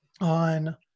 on